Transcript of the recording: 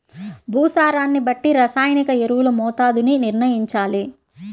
భూసారాన్ని బట్టి రసాయనిక ఎరువుల మోతాదుని నిర్ణయంచాలి